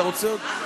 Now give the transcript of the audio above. אתה רוצה עוד?